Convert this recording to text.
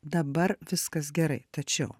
dabar viskas gerai tačiau